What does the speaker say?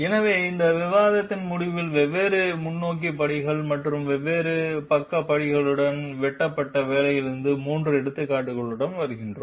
எனவே இந்த விவாதத்தின் முடிவில் வெவ்வேறு முன்னோக்கி படிகள் மற்றும் வெவ்வேறு பக்க படிகளுடன் வெட்டப்பட்ட வேலைகளின் 3 எடுத்துக்காட்டுகளுக்கு வருகிறோம்